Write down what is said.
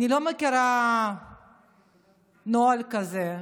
אני לא מכירה נוהל כזה.